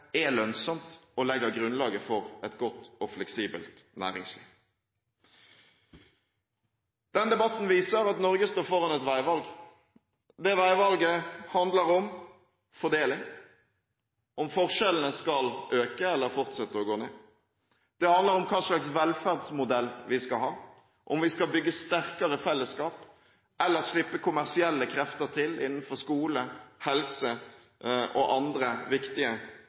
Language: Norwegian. er lønnsomt og legger grunnlaget for et godt og fleksibelt næringsliv. Denne debatten viser at Norge står foran et veivalg. Det veivalget handler om fordeling – om forskjellene skal øke eller fortsette å gå ned. Det handler om hva slags velferdsmodell vi skal ha – om vi skal bygge sterkere fellesskap eller slippe kommersielle krefter til innenfor skole, helse, og andre viktige